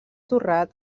torrat